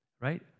right